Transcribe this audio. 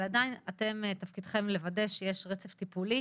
אבל עדיין אתם תפקידכם לוודא שיש רצף טיפולי